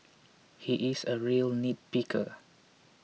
he is a real nitpicker